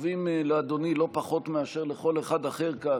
שחשובים לאדוני לא פחות מאשר לכל אחד אחר כאן,